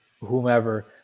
whomever